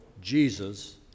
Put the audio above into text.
Jesus